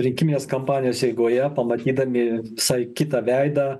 rinkiminės kampanijos eigoje pamatydami visai kitą veidą